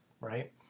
right